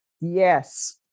Yes